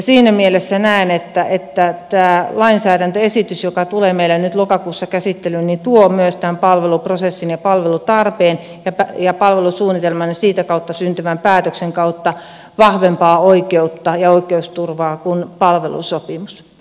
siinä mielessä näen että tämä lainsäädäntöesitys joka tulee meille nyt lokakuussa käsittelyyn tuo tämän palveluprosessin ja palvelutarpeen arvioinnin ja palvelusuunnitelman ja sitä kautta syntyvän päätöksen kautta vahvempaa oikeutta ja oikeusturvaa kuin palvelusopimus